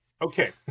Okay